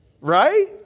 Right